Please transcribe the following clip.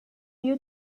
you